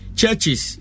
churches